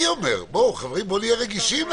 אני אומר: בואו נהיה רגישים.